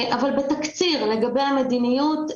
לגבי המדיניות,